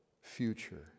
future